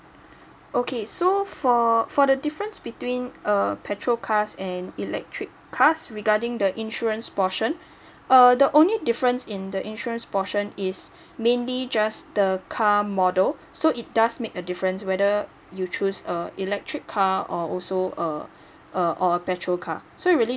okay so for for the difference between err petrol cars and electric cars regarding the insurance portion uh the only difference in the insurance portion is mainly just the car model so it does make a difference whether you choose a electric car or also uh a or a petrol car so it really